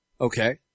Okay